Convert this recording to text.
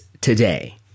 today